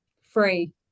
Free